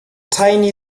tiny